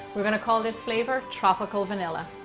we're going to call this flavor tropical vanilla.